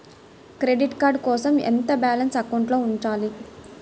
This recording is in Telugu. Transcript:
క్రెడిట్ కార్డ్ కోసం ఎంత బాలన్స్ అకౌంట్లో ఉంచాలి?